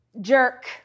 jerk